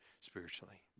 spiritually